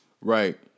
Right